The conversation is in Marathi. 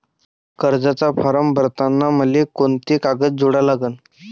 कर्जाचा फारम भरताना मले कोंते कागद जोडा लागन?